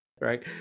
right